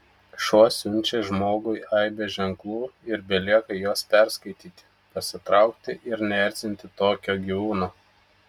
šuo siunčia žmogui aibę ženklų ir belieka juos perskaityti pasitraukti ir neerzinti tokio gyvūno